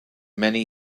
many